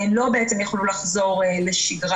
לא באמת יכלו לחזור לשגרה.